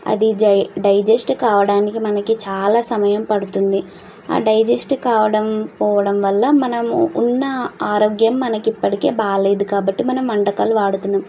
అది డై డైజెస్ట్ కావడానికి మనకి చాలా సమయం పడుతుంది ఆ డైజెస్ట్ కావడం పోవడం వల్ల మనం ఉన్న ఆరోగ్యం మనకి ఇప్పటికే బాగాలేదు కాబట్టి మనం వంటకాలు వాడుతున్నాం